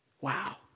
Wow